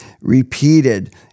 repeated